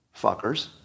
fuckers